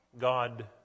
God